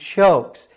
chokes